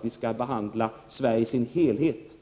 Vi skall behandla Sverige i dess helhet